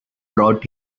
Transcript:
brought